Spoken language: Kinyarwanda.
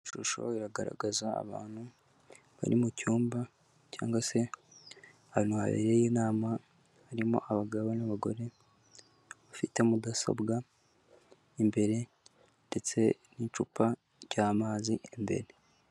Ishusho iragaragaza abantu bari mucyumba cyangwa se ahantu habereye inama harimo abagabo n'abagore, bafite mudasobwa imbere ndetse n'icupa ry'amazi imbere.